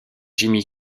jimmy